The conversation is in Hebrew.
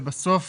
ובסוף